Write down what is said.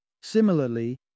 Similarly